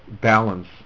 balance